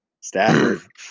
Stafford